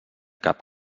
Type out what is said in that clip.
cap